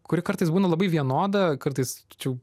kuri kartais būna labai vienoda kartais tačiau